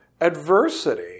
adversity